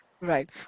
Right